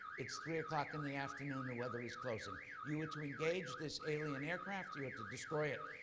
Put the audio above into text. it's three o'clock in the afternoon. the weather is closing. you are to engage this alien aircraft. you are to destroy it.